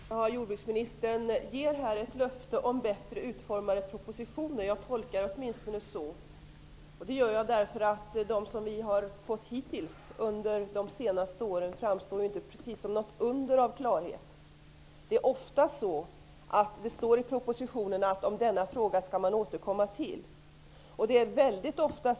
Herr talman! Jordbruksministern gav här ett löfte om bättre utformade propositioner -- åtminstone tolkar jag det så. Det gör jag därför att de som vi har fått under de senaste åren inte precis har framstått som något under av klarhet. Ofta står det att man skall återkomma till någon viss fråga.